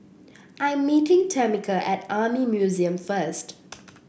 I'm meeting Tamica at Army Museum first